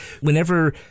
Whenever